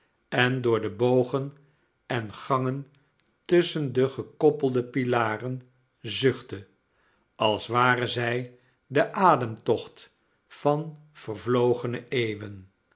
en door de bogen en gangen tusschen de gekoppelde pilaren zuchtte als ware zij de ademtocht van vervlogene eeuwen